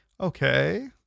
Okay